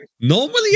normally